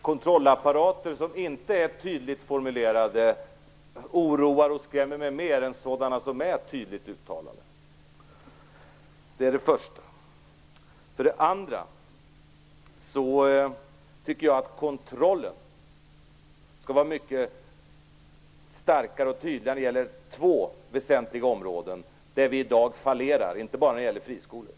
Herr talman! För det första oroar och skrämmer kontrollapparater som inte är tydligt formulerade mig mer än sådana som är tydligt uttalade. För det andra tycker jag att kontrollen skall vara mycket starkare och tydligare när det gäller två väsentliga områden där vi i dag fallerar inte bara när det gäller friskolor.